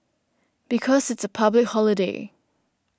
because it's a public holiday